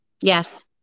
Yes